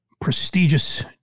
Prestigious